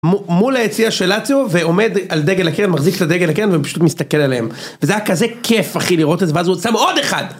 מול היציע של עציו, ועומד על דגל הקרן, מחזיק את הדגל הקרן, ופשוט מסתכל עליהם. וזה היה כזה כיף, אחי, לראות את זה, ואז הוא שם עוד אחד!